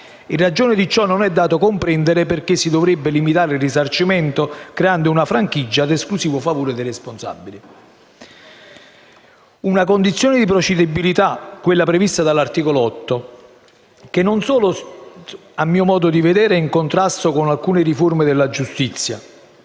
In ragione di ciò non è dato comprendere perché si dovrebbe limitare il risarcimento, creando una franchigia ad esclusivo favore dei responsabili. Una condizione di procedibilità, quella prevista dall'articolo 8, che non solo, a mio modo di vedere, è in contrasto con alcune riforme della giustizia